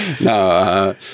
no